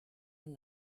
und